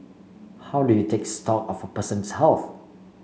how do you take stock of person's health